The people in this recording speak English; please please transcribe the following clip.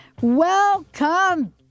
Welcome